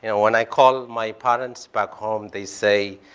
and when i call my parents back home, they say,